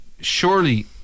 surely